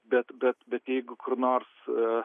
bet bet jeigu kur nors e